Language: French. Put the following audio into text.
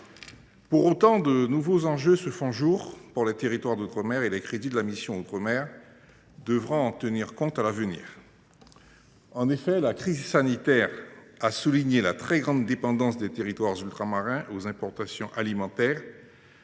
En outre, de nouveaux enjeux se font jour pour les territoires d’outre mer, dont les crédits de la mission devront tenir compte à l’avenir. En effet, la crise sanitaire a souligné la très grande dépendance des territoires ultramarins aux importations alimentaires,